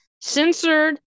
censored